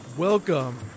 Welcome